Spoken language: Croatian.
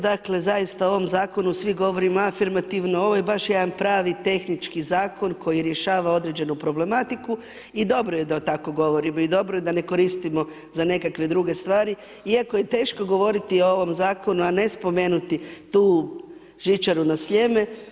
Dakle, zaista o ovom zakonu svi govorimo afirmativno, ovo je baš jedan pravi tehnički zakon koji rješava određenu problematiku i dobro je da tako govorimo i dobro je da ne koristimo za nekakve druge stvari iako je teško govoriti o ovom zakonu a ne spomenuti tu žičaru na Sljeme.